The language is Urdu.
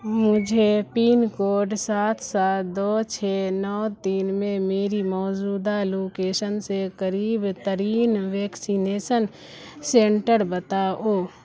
مجھے پن کوڈ سات سات دو چھ نو تین میں میری موجوودہ لوکیشن سے قریب ترین ویکسینیسن سنٹر بتاؤ